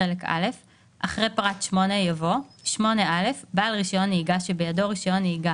בחלק א'- אחרי פרט 8 יבוא: 8א בעל רישיון נהיגה שבידו רישיון נהיגה